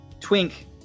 Twink